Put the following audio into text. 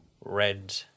Red